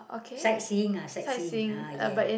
sight seeing ah sight seeing ah yes